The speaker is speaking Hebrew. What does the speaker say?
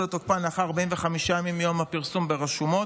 לתוקפן לאחר 45 ימים מיום הפרסום ברשומות,